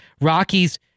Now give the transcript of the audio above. Rockies